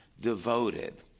devoted